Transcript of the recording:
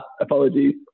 apologies